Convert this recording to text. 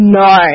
no